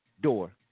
door